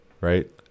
Right